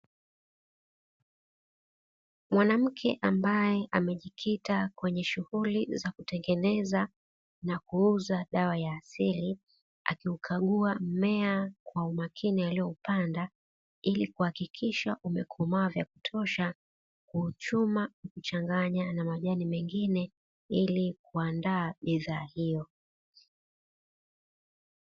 Mwanamke ambaye amejikita kwenye shughuli za kutengeneza na kuuza dawa ya asili, akiukagua mmea kwa umakini alioupanda ili kuhakikisha umekomaa vya kutosha, kuchuma kuchanganya na majani mengine ya ili kuandaa bidhaa hiyo.